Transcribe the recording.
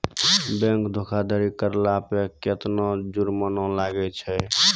Bank धोखाधड़ी करला पे केतना जुरमाना लागै छै?